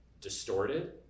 distorted